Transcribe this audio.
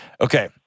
Okay